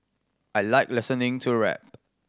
I like listening to rap